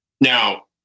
Now